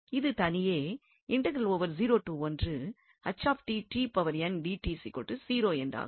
இது தனியாக என்றாகும்